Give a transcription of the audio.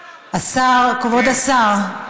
השר, כבוד השר.